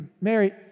Mary